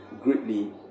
greatly